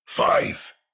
Five